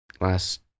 last